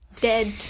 dead